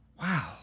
Wow